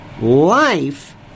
life